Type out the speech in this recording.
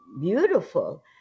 beautiful